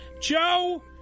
Joe